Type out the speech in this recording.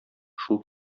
шул